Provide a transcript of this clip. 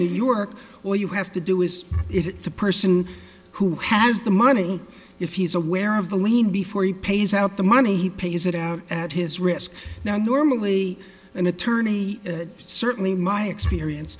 new york or you have to do is it the person who has the money if he's aware of the lien before he pays out the money he pays it out at his risk now normally an attorney certainly my experience